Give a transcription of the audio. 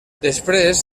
després